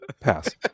pass